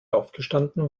aufgestanden